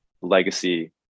legacy